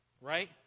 right